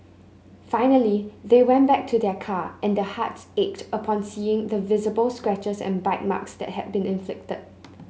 finally they went back to their car and their hearts ached upon seeing the visible scratches and bite marks that had been inflicted